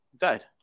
died